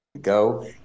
go